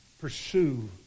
pursue